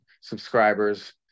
subscribers